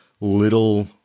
little